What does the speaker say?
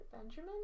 Benjamin